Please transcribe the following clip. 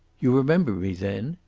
you remember me, then?